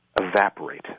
evaporate